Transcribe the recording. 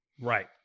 Right